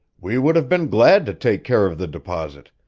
we would have been glad to take care of the deposit,